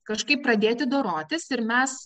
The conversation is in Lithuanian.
kažkaip pradėti dorotis ir mes